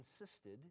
insisted